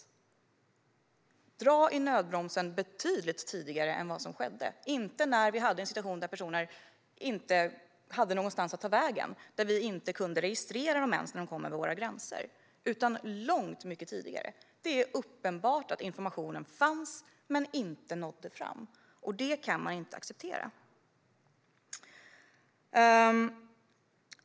Då kan man dra i nödbromsen betydligt tidigare än vad som skedde. Nu gjorde man det först när vi hade en situation då personer inte hade någonstans att ta vägen och vi inte ens kunde registrera dem när de kom över våra gränser. Det är uppenbart att informationen fanns men inte nådde fram, och det kan man inte acceptera.